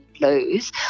lose